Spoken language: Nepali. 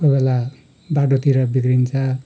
कोही बेला बाटोतिर बिग्रिन्छ